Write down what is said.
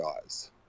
guys